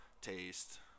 taste